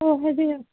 ꯑꯣ ꯍꯥꯏꯕꯤꯌꯨ